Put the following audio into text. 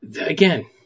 again